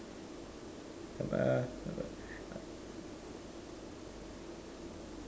uh